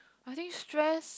I think stress